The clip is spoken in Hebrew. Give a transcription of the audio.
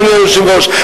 אדוני היושב-ראש,